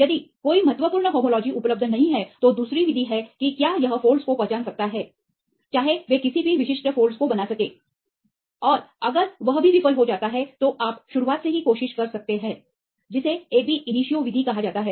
यदि कोई महत्वपूर्ण होमोलॉजी उपलब्ध नहीं है तो दूसरी विधि यह है कि क्या यह फोल्ड्स को पहचान सकता है चाहे वे किसी भी विशिष्ट फोल्ड्स को बना सकें और अगर वह भी विफल हो जाता है तो आप शुरुआत से ही कोशिश कर सकते हैं जिसे एबी इनिशियो विधि कहा जाता है